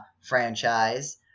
franchise